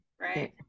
right